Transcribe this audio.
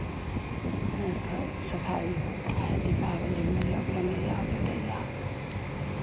हर घर सफाई होता है दीपावली में लोग रंगइया पोतइया